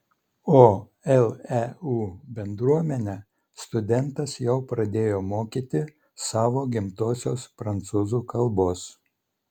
o leu bendruomenę studentas jau pradėjo mokyti savo gimtosios prancūzų kalbos